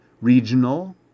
regional